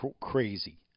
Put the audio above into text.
crazy